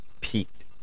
peaked